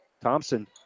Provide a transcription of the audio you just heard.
Thompson